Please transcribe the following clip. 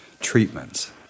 treatments